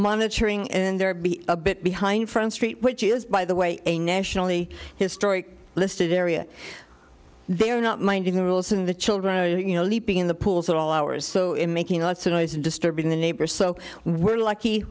monitoring and they're be a bit behind front street which is by the way a nationally historic listed area they are not minding the rules when the children are you know leaping in the pools at all hours so in making lots of noise and disturbing the neighbors so we're lucky